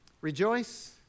Rejoice